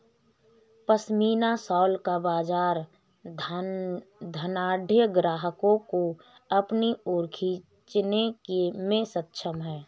pashmina shawl का बाजार धनाढ्य ग्राहकों को अपनी ओर खींचने में सक्षम है